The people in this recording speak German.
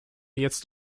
jetzt